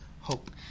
hope